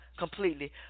Completely